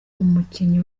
umukinnyi